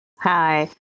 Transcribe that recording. Hi